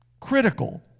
critical